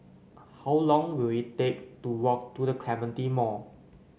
how long will it take to walk to The Clementi Mall